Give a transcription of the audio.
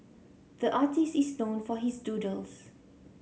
the artist is known for his doodles